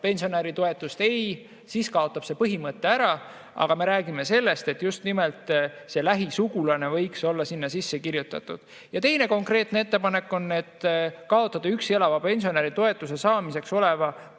pensionäri toetust. Ei, siis kaob see põhimõte ära. Aga me räägime sellest, et just nimelt üks lähisugulane võiks olla sinna sisse kirjutatud. Teine konkreetne ettepanek on see: kaotada üksi elava pensionäri toetuse saamiseks olev